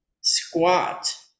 Squat